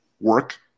work